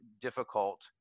difficult